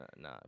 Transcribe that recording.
Nah